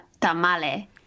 tamale